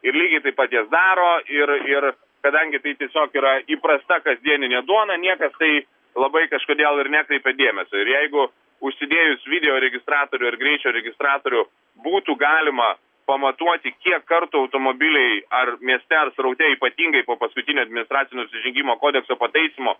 ir lygiai taip pat ir daro ir ir kadangi tai tiesiog yra įprasta kasdieninė duona niekas tai labai kažkodėl ir nekreipia dėmesio ir jeigu užsidėjus video registratorių ar greičio registratorių būtų galima pamatuoti kiek kartų automobiliai ar mieste ar sraute ypatingai po paskutinio administracinio nusižengimo kodekso pataisymo